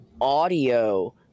audio